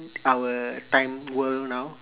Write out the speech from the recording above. in t~ our time world now